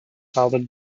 solid